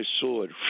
sword